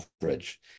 coverage